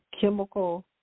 chemical